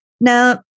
Now